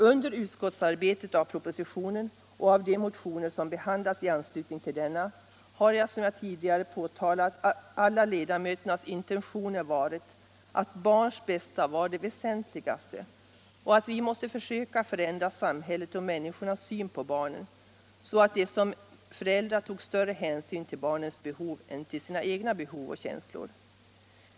Under utskottets behandling av propositionen och de motioner som väckts i anslutning till denna har, som jag tidigare påtalat, alla ledamöternas intentioner varit att barns bästa är det väsentligaste och att vi måste försöka förändra samhället och människornas syn på barnen så att de som föräldrar tog större hänsyn till barnens behov än till sina egna behov och känslor.